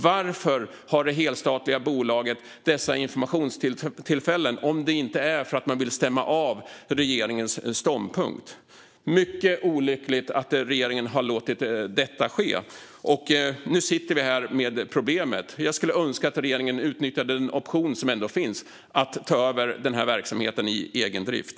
Varför har det helstatliga bolaget dessa informationstillfällen om det inte är för att man vill stämma av regeringens ståndpunkt? Det är mycket olyckligt att regeringen har låtit detta ske. Nu sitter vi här med problemet. Jag skulle önska att regeringen utnyttjade den option som ändå finns att ta över den här verksamheten i egen drift.